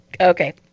Okay